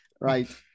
Right